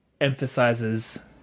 emphasizes